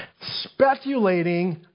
speculating